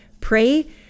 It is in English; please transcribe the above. pray